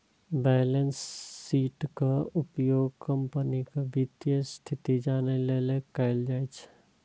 balance शीटक उपयोग कंपनीक वित्तीय स्थिति जानै लेल कैल जाइ छै